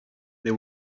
they